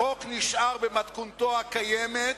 החוק נשאר במתכונתו הקיימת,